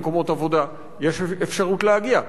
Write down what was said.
יש אפשרות להגיע גם מחוץ ליישוב.